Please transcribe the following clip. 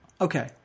okay